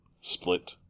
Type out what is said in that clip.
split